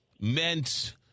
meant